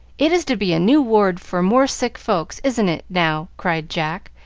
it is to be a new ward for more sick folks, isn't it, now? cried jack,